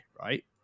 right